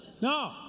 No